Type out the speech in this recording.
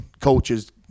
coaches